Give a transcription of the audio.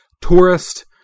tourist